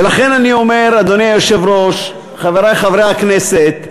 ולכן אני אומר, אדוני היושב-ראש, חברי חברי הכנסת,